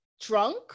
Drunk